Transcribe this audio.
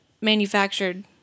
manufactured